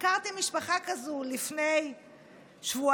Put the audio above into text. ביקרתי משפחה כזאת לפני שבועיים.